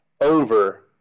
over –